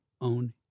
own